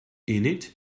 innit